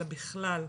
אלא בכלל,